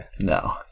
No